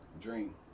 dream